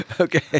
Okay